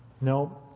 No